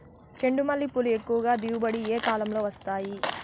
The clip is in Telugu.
చెండుమల్లి పూలు ఎక్కువగా దిగుబడి ఏ కాలంలో వస్తాయి